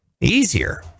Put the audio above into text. easier